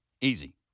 Easy